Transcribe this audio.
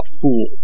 fool